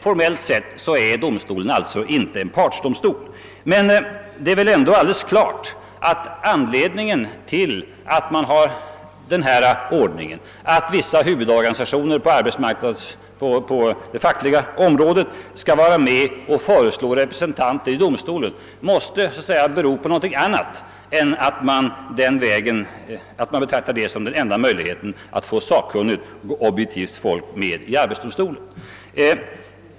Formellt sett är domstolen inte en partsdomstol, men det är klart att anledningen till att man har den ordningen att vissa organisationer på det fackliga området skall vara med och föreslå representanter i domstolen måste vara någonting annat än att man betraktar detta som enda möjligheten att få sakkunnigt och objektivt folk i arbetsdomstolen.